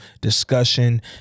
discussion